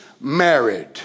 married